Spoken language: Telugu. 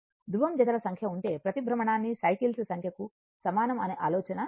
ధృవం జతల సంఖ్య ఉంటే ప్రతి భ్రమణానికి సైకిల్స్ సంఖ్యకు సమానం అనే ఆలోచన ఇది